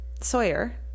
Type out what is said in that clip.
Sawyer